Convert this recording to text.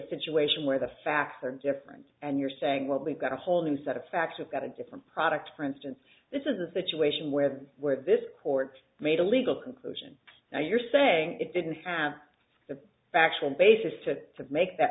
situation where the facts are different and you're saying well they've got a whole new set of facts about a different product for instance this is a situation where the where this court made a legal conclusion now you're saying it didn't have the factual basis to make that